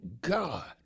God